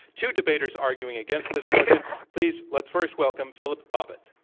two debaters arguing against this motion. please, let's first welcome philip bobbitt.